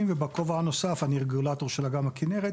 ובכובע נוסף אני רגולטור של אגם הכינרת,